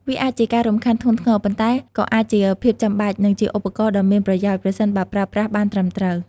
វាអាចជាការរំខានធ្ងន់ធ្ងរ ប៉ុន្តែក៏អាចជាភាពចាំបាច់ និងជាឧបករណ៍ដ៏មានប្រយោជន៍ ប្រសិនបើប្រើប្រាស់បានត្រឹមត្រូវ។